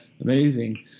amazing